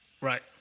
Right